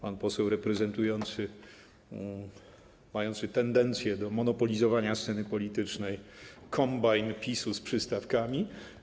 Pan poseł reprezentował mający tendencję do monopolizowania sceny politycznej kombajn PiS-u z przystawkami.